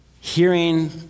hearing